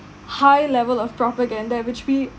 high level of propaganda which we